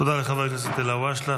תודה לחבר הכנסת אלהואשלה.